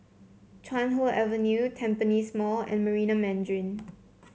Chuan Hoe Avenue Tampines Mall and Marina Mandarin